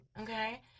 Okay